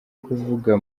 kuvuga